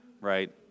right